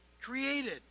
created